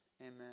Amen